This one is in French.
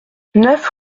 neuf